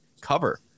cover